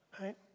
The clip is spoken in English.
right